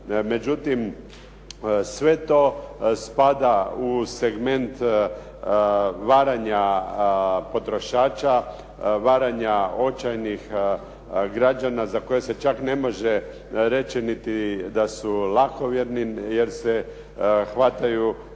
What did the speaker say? Međutim, sve to spada u segment varanja potrošača, varanja očajnih građana za koje se čak ne može reći ni da su lakovjerni, jer se hvataju